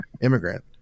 immigrant